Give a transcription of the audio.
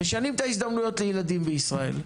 משנים את ההזדמנויות לילדים בישראל.